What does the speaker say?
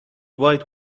wide